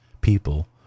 people